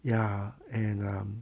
ya and um